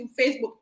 Facebook